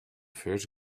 first